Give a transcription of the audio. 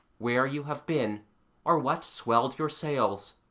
where you have been or what swelled your sails